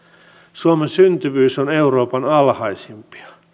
suomen syntyvyys on euroopan alhaisimpia